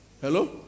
Hello